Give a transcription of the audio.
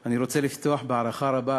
אני רוצה לפתוח בהערכה רבה